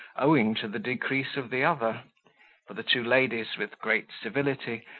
owing to the decrease of the other for the two ladies, with great civility,